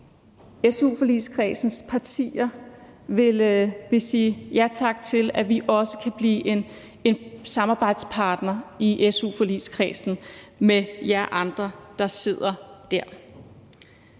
su-forligskredsens partier vil sige ja tak til, at vi også kan blive en samarbejdspartner i su-forligskredsen med jer andre, der sidder der.